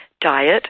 diet